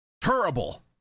terrible